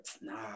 nah